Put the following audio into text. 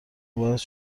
باعث